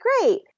great